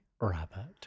Rabbit